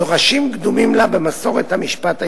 שורשים קדומים לה במסורת המשפט העברי.